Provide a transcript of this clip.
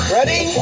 Ready